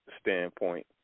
standpoint